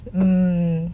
hmm